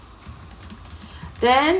then